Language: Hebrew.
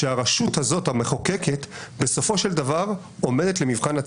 כאילו שהשופטים היום ממנים לבד, הרי היא לא נכונה.